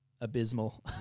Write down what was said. abysmal